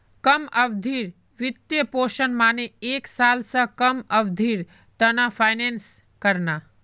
कम अवधिर वित्तपोषण माने एक साल स कम अवधिर त न फाइनेंस करना